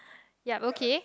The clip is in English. yup okay